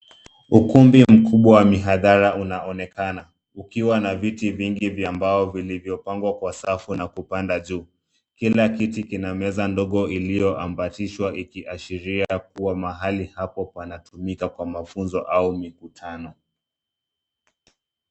Ukumbi mkubwa wa mihadhara unaonekana ukiwa na viti vingi vya mbao, vilivyopangwa kwa safu na kupanda juu. Kila kiti kina meza ndogo iliyoambatishwa, ikiashiria kuwa mahali hapo panatumika kwa mafunzo au mikutano.